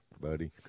buddy